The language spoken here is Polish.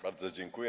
Bardzo dziękuję.